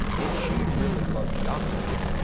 and she really loves yaakov,